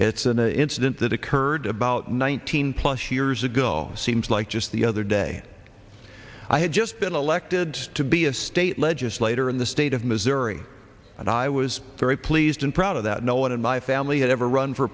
it's an incident that occurred about one thousand plus years ago seems like just the other day i had just been elected to be a state legislator in the state of missouri and i was very pleased and proud of that no one in my family had ever run for